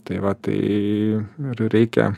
tai va tai reikia